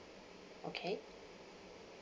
okay